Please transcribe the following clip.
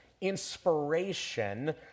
inspiration